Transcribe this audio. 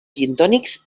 gintònics